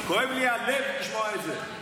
כואב לי הלב לשמוע את זה.